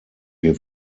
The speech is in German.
wir